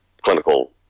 clinical